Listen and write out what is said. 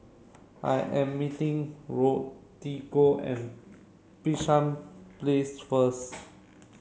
I am meeting Rodrigo at Bishan Place first